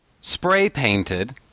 Spray-painted